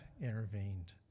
intervened